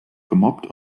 gemobbt